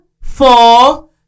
four